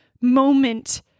moment